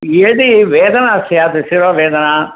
यदि वेदना स्यात् शिरोवेदना